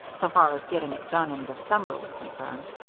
so far as getting it done in december was concerned.